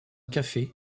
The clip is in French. café